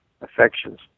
affections